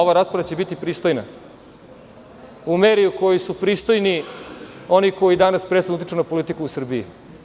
Ova rasprava će biti pristojna u meri u kojoj su pristojni oni koji danas presudno utiču na politiku u Srbiji.